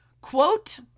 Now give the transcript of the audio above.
Quote